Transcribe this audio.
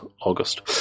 August